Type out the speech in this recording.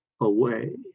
away